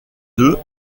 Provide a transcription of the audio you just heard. d’eux